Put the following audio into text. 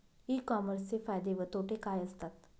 E कॉमर्सचे फायदे व तोटे काय असतात?